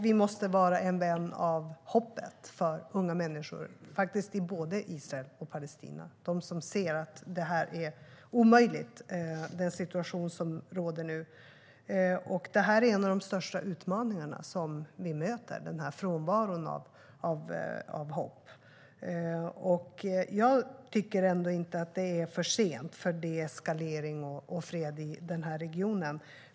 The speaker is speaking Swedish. Vi måste också vara vänner av hoppet för unga människor, som ser att situationen som råder nu är omöjlig, både i Israel och Palestina. Frånvaron av hopp är en av de största utmaningarna som vi möter nu. Jag tycker inte att det är för sent för deeskalering och fred i regionen.